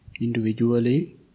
individually